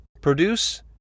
Produce